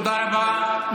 תודה רבה.